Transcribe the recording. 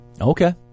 Okay